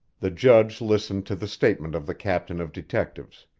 the judge listened to the statement of the captain of detectives.